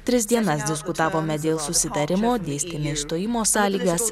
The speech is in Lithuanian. tris dienas diskutavome dėl susitarimo dėstėme išstojimo sąlygas